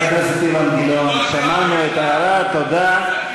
חבר הכנסת אילן גילאון, שמענו את ההערה, תודה.